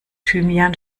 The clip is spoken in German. thymian